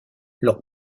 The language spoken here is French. leurs